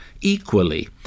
equally